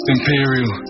Imperial